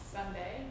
Sunday